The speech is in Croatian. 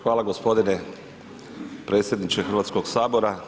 Hvala gospodine predsjedniče, Hrvatskog sabora.